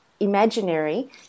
imaginary